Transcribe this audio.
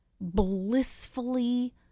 blissfully